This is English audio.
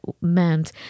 meant